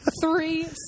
three